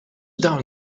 down